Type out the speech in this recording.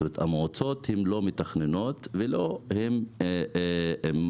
המועצות לא מתכננות ולא עושות